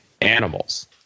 animals